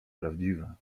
prawdziwe